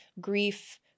grief